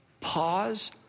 pause